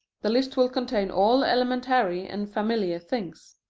the list will contain all elementary and familiar things.